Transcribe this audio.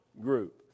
group